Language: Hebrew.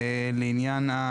לעניין,